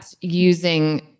using